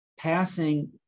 Passing